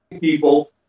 people